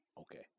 okay